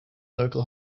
local